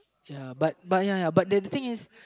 ya but but ya ya but the the thing is